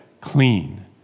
clean